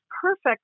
perfect